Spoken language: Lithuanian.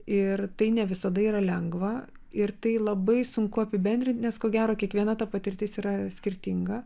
ir tai ne visada yra lengva ir tai labai sunku apibendrint nes ko gero kiekviena ta patirtis yra skirtinga